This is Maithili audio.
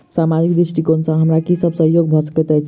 सामाजिक दृष्टिकोण सँ हमरा की सब सहयोग भऽ सकैत अछि?